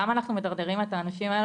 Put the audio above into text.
למה אנחנו מדרדרים את האנשים האלה